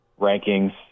rankings